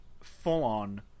full-on